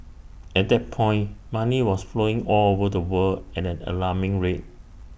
at that point money was flowing all over the world at an alarming rate